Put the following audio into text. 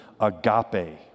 agape